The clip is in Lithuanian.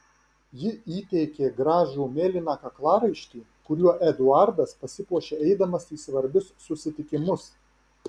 ji įteikė gražų mėlyną kaklaraištį kuriuo eduardas pasipuošia eidamas į svarbius susitikimus